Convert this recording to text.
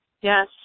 Yes